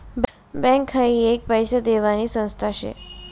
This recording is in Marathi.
बँक हाई एक पैसा देवानी संस्था शे